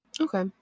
okay